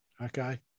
Okay